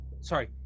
sorry